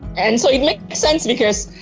and so it make sense because